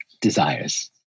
desires